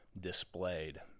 displayed